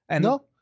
No